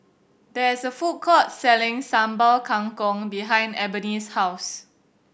there is a food court selling Sambal Kangkong behind Ebony's house